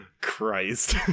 Christ